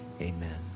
Amen